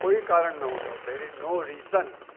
कोई कारणु न हूंदो आहे देअर इज़ नो रीज़न